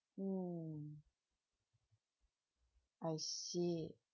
mm I see